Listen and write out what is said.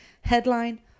Headline